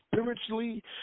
spiritually